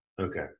Okay